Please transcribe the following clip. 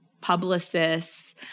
publicists